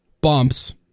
bumps